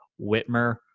Whitmer